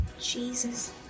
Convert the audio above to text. Jesus